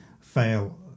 fail